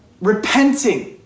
repenting